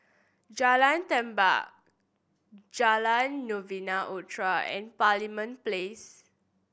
Jalan Tampang Jalan Novena Utara and Parliament Place